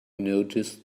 noticed